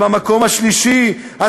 ובמקום השלישי,